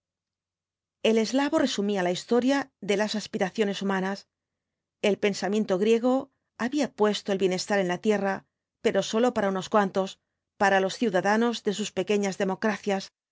el eslavo resumía la historia de las aspiraciones humanas el pensamiento griego había puesto el bienestar en la tierra pero sólo para unos cuantos para los ciudadanos de sus pequeñas democracias